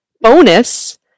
bonus